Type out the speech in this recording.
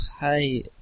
hi